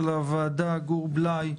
"ההסדר הנורבגי",